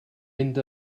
mynd